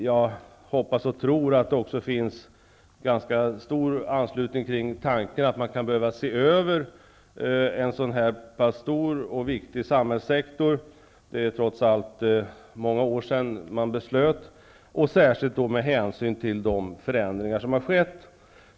Jag hoppas och tror att det också finns ganska stor uppslutning kring tanken att man kan behöva se över en så här pass stor och viktig samhällssektor -- det är trots allt många år sedan beslut fattades -- och särskilt då med hänsyn till de förändringar som har skett.